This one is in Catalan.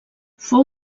fou